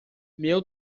meu